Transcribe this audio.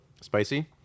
Spicy